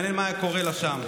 מעניין מה היה קורה לה שם.